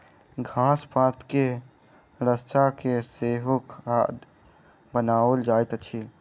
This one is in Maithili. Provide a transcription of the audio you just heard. घास पात के सड़ा के सेहो खाद बनाओल जाइत अछि